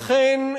אכן,